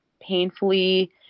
painfully